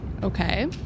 Okay